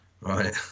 right